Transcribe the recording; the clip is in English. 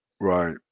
Right